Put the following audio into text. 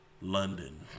London